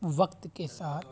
وقت کے ساتھ